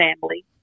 family